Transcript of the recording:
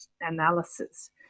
analysis